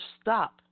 stop